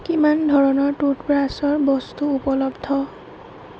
কিমান ধৰণৰ টুথব্ৰাছৰ বস্তু উপলব্ধ